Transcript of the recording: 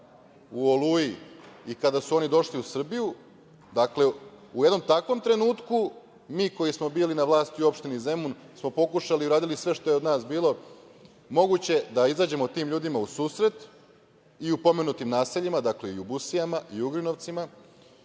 u „Oluji“ i kada su oni došli u Srbiju, dakle, u jednom takvom trenutku mi koji smo bili na vlasti u opštini Zemun smo pokušali i uradili sve što je od nas bilo moguće da izađemo tim ljudima u susret i u pomenutim naseljima, dakle, i u Busijama, i u Ugrinovcima,